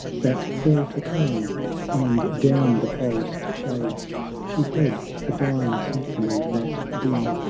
that fell to calm and down the forest shades she fled a dying symphony, that dim,